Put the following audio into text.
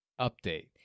Update